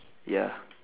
ya